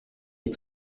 les